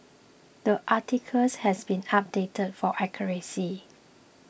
the articles has been updated for accuracy